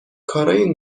کارای